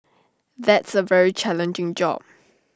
that's A very challenging job